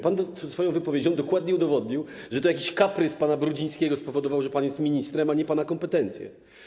Pan swoją wypowiedzią dokładnie udowodnił, że to jakiś kaprys pana Brudzińskiego spowodował, że pan jest ministrem, a nie pana kompetencje.